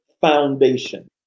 foundation